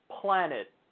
planet